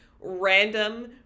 random